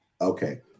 Okay